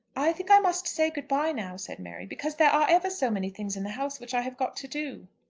i think i must say good-bye now, said mary, because there are ever so many things in the house which i have got to do.